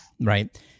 right